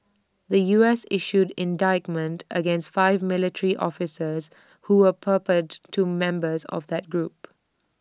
the U S issued indictments against five military officers who were purported to members of that group